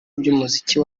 by’umuziki